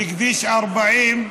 בכביש 40,